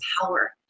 power